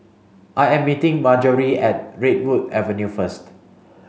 I am meeting Marjorie at Redwood Avenue first